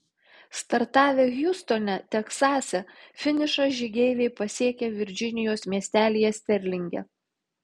startavę hjustone teksase finišą žygeiviai pasiekė virdžinijos miestelyje sterlinge